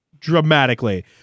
Dramatically